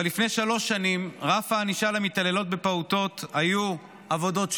אבל לפני שלוש שנים רף הענישה למתעללות בפעוטות היו עבודות שירות,